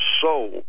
soul